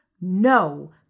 No